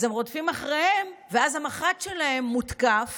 אז הם רודפים אחריהם, ואז המח"ט שלהם מותקף,